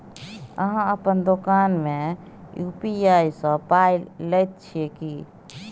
अहाँ अपन दोकान मे यू.पी.आई सँ पाय लैत छी की?